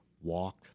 walk